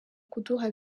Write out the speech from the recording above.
kuduha